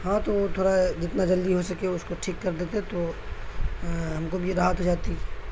ہاں تو وہ تھوڑا جتنا جلدی ہو سکے اس کو ٹھیک کر دیتے تو ہم کو بھی رات ہو جاتی